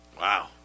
Wow